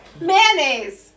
Mayonnaise